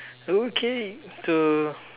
okay the